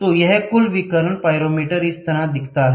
तो यह कुल विकिरण पाइरोमीटर इस तरह दिखता है